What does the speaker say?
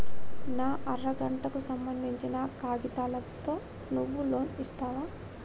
నా అర గంటకు సంబందించిన కాగితాలతో నువ్వు లోన్ ఇస్తవా?